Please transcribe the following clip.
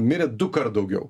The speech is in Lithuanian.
mirė dukart daugiau